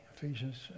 Ephesians